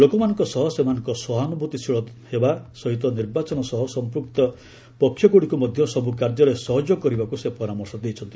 ଲୋକମାନଙ୍କ ସହ ସେମାନେ ସହାନୁଭୂତିଶୀଳ ହେବା ସହିତ ନିର୍ବାଚନ ସହ ସମ୍ପୁକ୍ତ ପକ୍ଷଗୁଡ଼ିକୁ ମଧ୍ୟ ସବୁ କାର୍ଯ୍ୟରେ ସହଯୋଗ କରିବାକୁ ସେ ପରାମର୍ଶ ଦେଇଛନ୍ତି